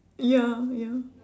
ya ya